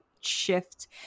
shift